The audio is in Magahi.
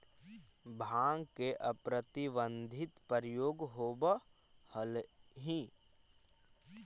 भाँग के अप्रतिबंधित प्रयोग होवऽ हलई